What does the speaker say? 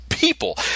People